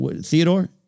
Theodore